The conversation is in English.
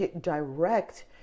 direct